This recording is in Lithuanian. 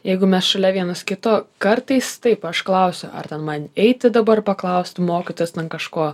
jeigu mes šalia vienas kito kartais taip aš klausiu ar ten man eiti dabar paklausti mokytojos ten kažko